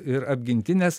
ir apginti nes